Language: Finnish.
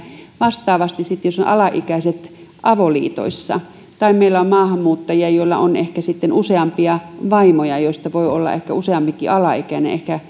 jos alaikäiset ovat avoliitoissa tai meillä on maahanmuuttajia joilla on ehkä useampia vaimoja joista voi olla ehkä useampikin alaikäinen ehkä